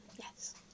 yes